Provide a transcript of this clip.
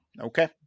Okay